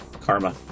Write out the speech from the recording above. Karma